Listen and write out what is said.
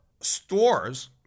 stores